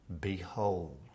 Behold